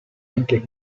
anche